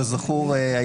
כזכור,